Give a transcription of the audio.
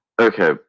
okay